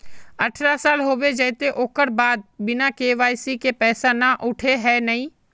अठारह साल होबे जयते ओकर बाद बिना के.वाई.सी के पैसा न उठे है नय?